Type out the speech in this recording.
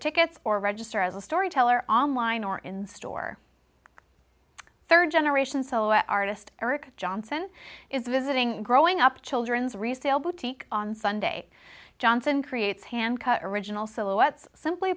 tickets or register as a storyteller online or in store rd generation solo artist eric johnson is visiting growing up children's resale boutique on sunday johnson creates hand cut original silhouettes simply